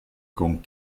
con